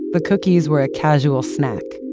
the cookies were a casual snack.